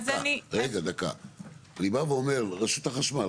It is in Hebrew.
רשות החשמל,